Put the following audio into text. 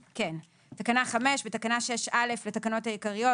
תיקון תקנה 6 בתקנת משנה 6(א) לתקנות העיקריות,